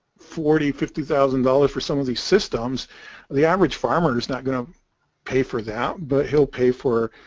forty fifty thousand dollars for some of these systems the average farmer is not going to pay for that but he'll pay for